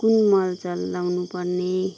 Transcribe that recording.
कुन मलजल लाउनुपर्ने